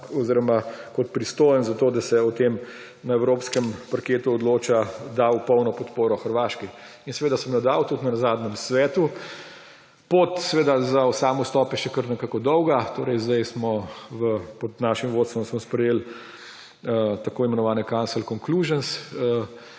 bi kot pristojen za to, da se o tem na evropskem parketu odloča, dal polno podporo Hrvaški in seveda sem jo dal tudi na zadnjem Svetu. Pot za sam vstop je še kar nekako dolga. Zdaj smo pod našim vodstvom sprejeli tako imenovane council conclusions,